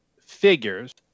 figures